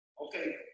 Okay